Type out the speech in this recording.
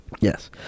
Yes